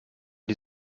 die